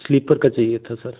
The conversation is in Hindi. स्लीपर का चाहिए था सर